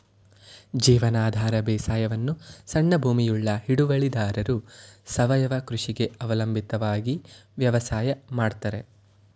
ಜೀವನಾಧಾರ ಬೇಸಾಯವನ್ನು ಸಣ್ಣ ಭೂಮಿಯುಳ್ಳ ಹಿಡುವಳಿದಾರರು ಸಾವಯವ ಕೃಷಿಗೆ ಅವಲಂಬಿತವಾಗಿ ವ್ಯವಸಾಯ ಮಾಡ್ತರೆ